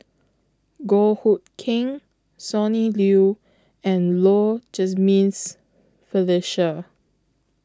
Goh Hood Keng Sonny Liew and Low Jimenez Felicia